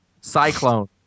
Cyclone